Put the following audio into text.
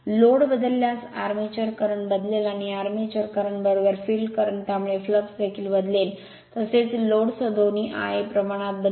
load बदलल्यास armature current बदलेल आणि आर्मेचर करंट फिल्ड करंट त्यामुळे फ्लक्स देखील बदलेल तसेच लोड सह दोन्ही Ia प्रमाणात बदलेल